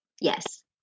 Yes